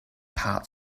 part